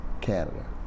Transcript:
Canada